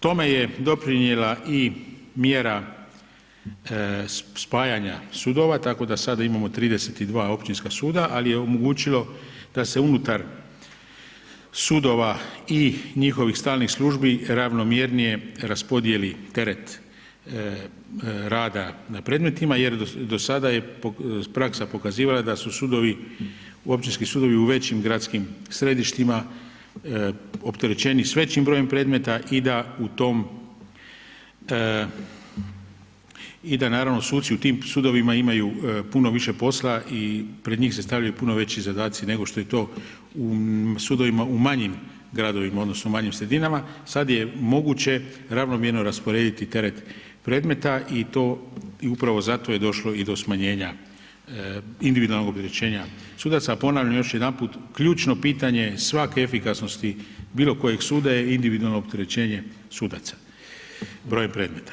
Tome je doprinijela i mjera spajanja sudova, tako da sada imamo 32 općinska suda ali je omogućio da se unutar sudova i njihovih stalnih službi ravnomjernije rasporedi teret rada na predmetima jer do sada je praksa pokazivala da su općinski sudovi u većim gradskim središtima opterećeniji sa većim brojem predmeta i da naravno suci u tim sudovima imaju puno više posla i pred njih se stavljaju puno veći zadaci nego što je to u sudovima u manjim gradovima odnosno manjim sredinama, sad je moguće ravnomjerno rasporediti teret predmeta i u pravo zato je došlo i do smanjenja individualnog ograničenja sudaca a ponavljam još jedanput, ključno pitanje svake efikasnosti bilokoje suda je individualno opterećenje sudaca broja predmeta.